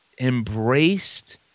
embraced